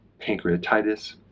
pancreatitis